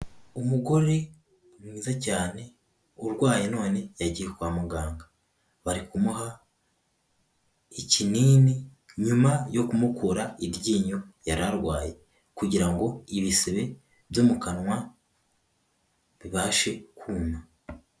Umugore mwiza cyane, urwaye none yagiye kwa muganga, bari kumuha ikinini nyuma yo kumukura iryinyo yari arwaye kugira ngo ibisebe byo mu kanwa bibashe kuma.